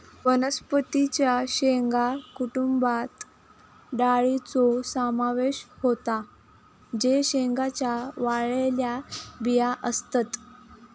वनस्पतीं च्या शेंगा कुटुंबात डाळींचो समावेश होता जे शेंगांच्या वाळलेल्या बिया असतत